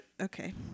okay